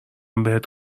بهت